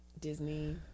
disney